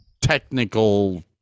technical